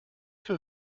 für